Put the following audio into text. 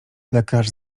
lekarz